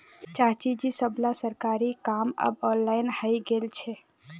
चाचाजी सबला सरकारी काम अब ऑनलाइन हइ गेल छेक